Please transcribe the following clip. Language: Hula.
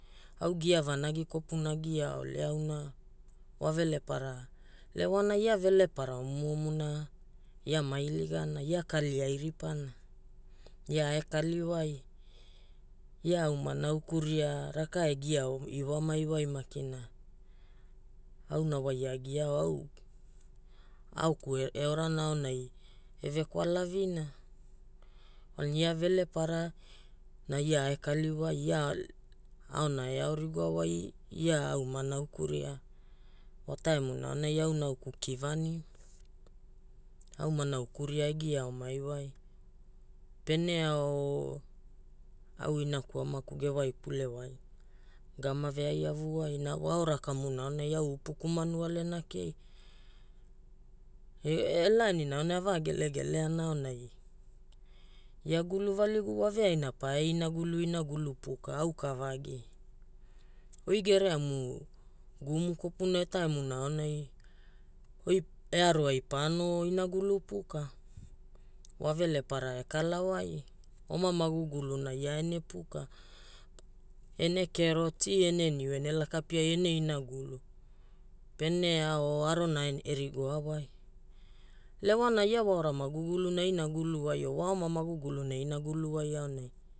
Au gia vanagi kopuna a gia ole auna, wa Velepara, lewana ia Velepara omuomu na ia ma iligina. Ia kali ai ripana, ia ae kaliwai. Ia au manaukuria raka egia aoiwamai wai makina auna waia agiaao au aoku eorana aonai evekwalavina kwalana ia Velepara, na ia ae kaliwai, ia aona eaorigoawai ia au manaukuria wa taimuna aonai au nauku kivani, au manaukuria egia aomaiwai. Pene ao au Inaku Amaku gewaikulewai gama veaiavuwai na waora kamuna aonai au Upuku manualena kei. Na elaanina aonai avaagelegeleana aonai ia guluvaligu waveaina pae inagulu inagulu puka, auka vagi. Oi gereamu guumu kopuna etaimuna aonai oi earo ai paono inagulu puka, wa velepara ekalawai, oma maguguluna ia ene puka. Ene kero, ti ene niu, ene laka piai ene inugulu pene ao arona erigoa wai. Lewana ia waora maguguluna einaguluwai o waoma maguguluna einaguluwai aonai